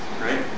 right